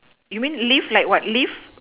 you mean live like what live